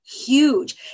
huge